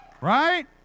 Right